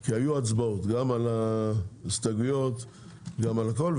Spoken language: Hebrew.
כי היו הצבעות גם על ההסתייגויות וגם על הכול,